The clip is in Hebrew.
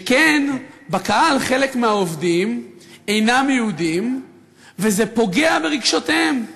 שכן בקהל חלק מהעובדים אינם יהודים וזה פוגע ברגשותיהם.